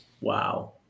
Wow